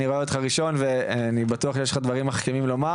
אני רואה אותך ראשון ואני בטוח שיש לך דברים מחכימים לומר.